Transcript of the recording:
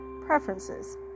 preferences